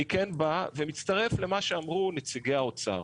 אני כן בא ומצטרף למה שאמרו נציגי האוצר,